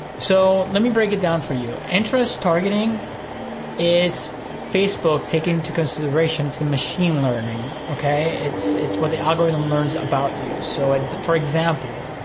so let me break it down for you. interest targeting is facebook taking into consideration the machine learning, okay? it's it's what the algorithm learns about you. so it's, for example,